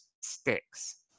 sticks